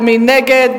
מי נגד?